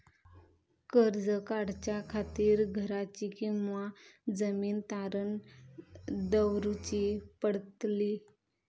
कर्ज काढच्या खातीर घराची किंवा जमीन तारण दवरूची पडतली?